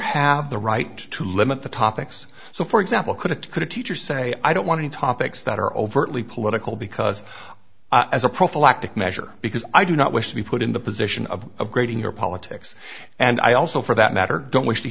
have the right to limit the topics so for example could it could a teacher say i don't want any topics that are overtly political because as a prophylactic measure because i do not wish to be put in the position of grading your politics and i also for that matter don't wish to